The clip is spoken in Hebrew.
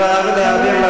אז נעביר.